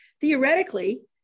Theoretically